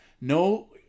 No